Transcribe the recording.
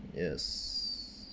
yes